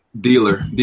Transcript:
dealer